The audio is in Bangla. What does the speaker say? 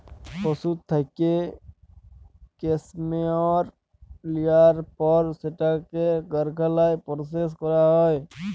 পশুর থ্যাইকে ক্যাসমেয়ার লিয়ার পর সেটকে কারখালায় পরসেস ক্যরা হ্যয়